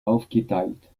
aufgeteilt